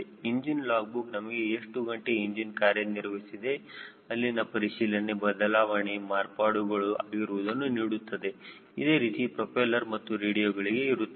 engine log book ನಮಗೆ ಎಷ್ಟು ಗಂಟೆ ಇಂಜಿನ್ ಕಾರ್ಯನಿರ್ವಹಿಸಿದೆ ಅಲ್ಲಿನ ಪರಿಶೀಲನೆ ಬದಲಾವಣೆ ಮಾರ್ಪಾಡುಗಳು ಆಗಿರುವುದನ್ನು ನೀಡುತ್ತದೆ ಇದೇ ರೀತಿಯಲ್ಲಿ ಪ್ರೊಪೆಲ್ಲರ್ ಮತ್ತು ರೇಡಿಯೋಗಳಿಗೆ ಇರುತ್ತದೆ